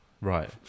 Right